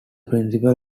principal